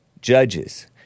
judges